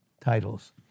titles